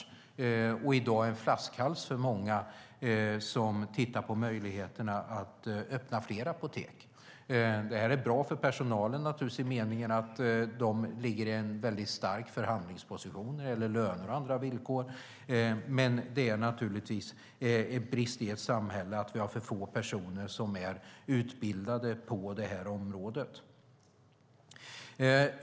I dag är det en flaskhals för många som tittar på möjligheterna att öppna fler apotek. Det är naturligtvis bra för personalen i den meningen att de har en stark förhandlingsposition när det gäller löner och andra villkor, men det är självklart en brist i vårt samhälle att vi har för få personer som är utbildade på det här området.